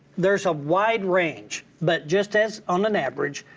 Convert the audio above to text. there's a wide range, but just as on an average,